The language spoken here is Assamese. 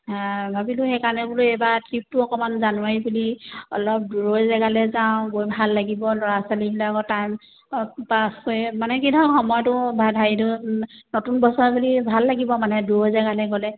ভাবিলোঁ সেইকাৰণে বোলো এইবাৰ ট্ৰীপটো অকণমান জানুৱাৰী বুলি অলপ দূৰৈৰ জেগালৈ যাওঁ গৈ ভাল লাগিব ল'ৰা ছোৱালীবিলাকৰ টাইম পাছ কৰি মানে কি ধৰক সময়টো বা নতুন বছৰ বুলি ভাল লাগিব মানে দূৰৈৰ জেগালৈ গ'লে